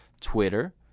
Twitter